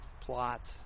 plots